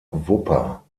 wupper